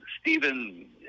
Stephen